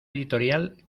editorial